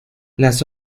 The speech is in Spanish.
las